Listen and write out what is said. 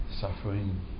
suffering